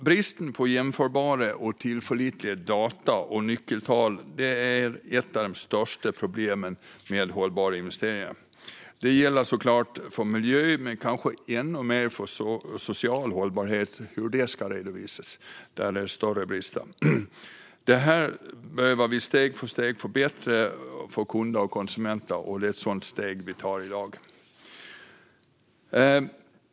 Bristen på jämförbara och tillförlitliga data och nyckeltal är ett av de största problemen med hållbara investeringar. Det gäller såklart för miljö men kanske ännu mer för hur social hållbarhet ska redovisas. Där är den större bristen. Det behöver vi steg för steg förbättra för kunder och konsumenter. Det är ett sådant steg vi tar i dag.